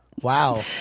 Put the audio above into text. Wow